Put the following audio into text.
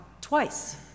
twice